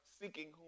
seeking